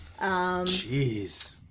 Jeez